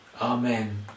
Amen